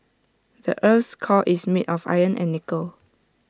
the Earth's core is made of iron and nickel